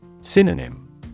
Synonym